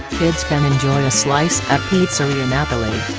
kids can enjoy a slice at pizzeria napoli.